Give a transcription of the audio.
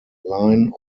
line